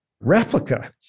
replica